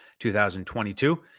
2022